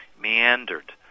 meandered